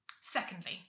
Secondly